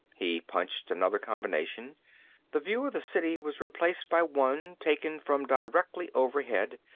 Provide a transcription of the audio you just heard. he punched another combination the view of the city was replaced by one, taken from directly overhead,